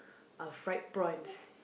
of fried prawns